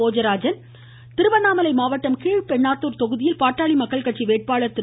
போஜராஜன் திருவண்ணாமலை மாவட்டம் கீழ்பெண்ணாத்தூர் தொகுதியில் பாட்டாளி மக்கள் கட்சி வேட்பாளர் திரு